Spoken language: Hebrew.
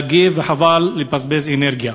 אני עוד פעם חושב שעל אורן חבל להגיב וחבל לבזבז אנרגיה,